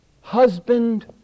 Husband